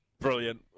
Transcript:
Brilliant